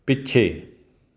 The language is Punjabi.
ਪਿੱਛੇ